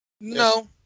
No